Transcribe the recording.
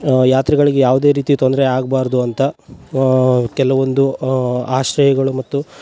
ಯಾತ್ರಿಗಳಗ ಯಾವುದೇ ರೀತಿಯ ತೊಂದರೆ ಆಗ್ಬಾರದು ಅಂತ ಕೆಲವೊಂದು ಆಶ್ರಯಗಳು ಮತ್ತು